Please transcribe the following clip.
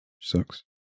sucks